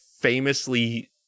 famously